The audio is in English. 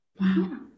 Wow